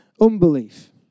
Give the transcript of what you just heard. unbelief